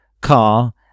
car